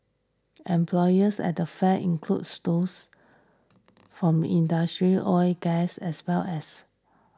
employers at the fair include those from industry oil gas as well as